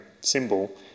symbol